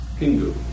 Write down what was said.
Pingu